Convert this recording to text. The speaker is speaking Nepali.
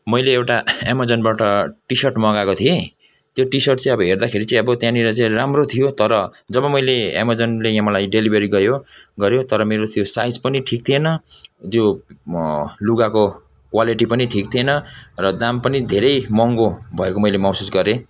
मैले एउटा एमाजनबाट टि सर्ट मगाएको थिएँ त्यो टि सर्ट चाहिँ अब हेर्दाखेरि चाहिँ अब त्यहाँनिर चाहिँ राम्रो थियो तर जब मैले एमाजनले मलाई डेलिभरी गऱ्यो गऱ्यो तर मेरो त्यो साइज पनि ठिक थिएन त्यो लुगाको क्वालिटी पनि ठिक थिएन र दाम पनि धेरै महँगो भएको मैले महसुस गरेँ